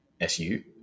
SU